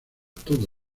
todo